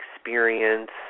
experience